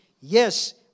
yes